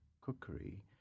cookery